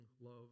love